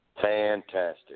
Fantastic